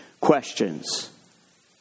questions